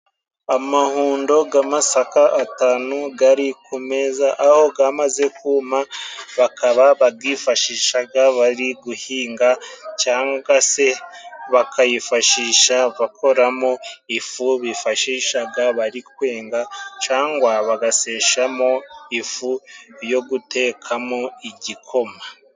Amahundo g'amasaka atanu gari ku meza aho gamaze kuma, bakaba bagifashishaga bari guhinga cyanga se bakayifashisha bakoramo ifu bifashishaga bari kwenga, cyangwa bagaseshamo ifu yo gutekamo igikoma.